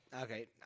okay